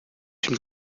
une